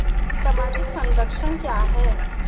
सामाजिक संरक्षण क्या है?